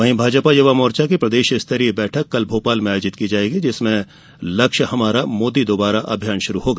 वहीं भाजपा युवा मोर्चा की प्रदेश स्तरीय बैठक कल भोपाल में आयोजित की जाएगी जिसमें लक्ष्य हमारा मोदी दुबारा अभियान शुरू होगा